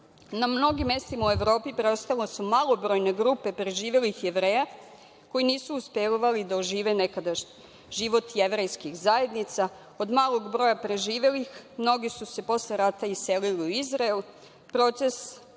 Na mnogim mestima u Evropi preostale su malobrojne grupe preživelih Jevreja, koji nisu uspevali da ožive nekada život jevrejskih zajednica. Od malog broja preživelih, mnogi su se posle rata iselili u Izrael.